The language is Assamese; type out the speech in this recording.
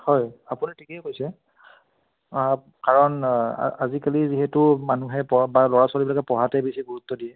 হয় আপুনি ঠিকেই কৈছে কাৰণ আজিকালি যিহেতু মানুহে বা ল'ৰা ছোৱালীবিলে পঢ়াতে বেছি গুৰুত্ব দিয়ে